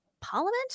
parliament